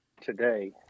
today